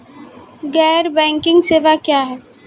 गैर बैंकिंग सेवा क्या हैं?